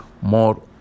more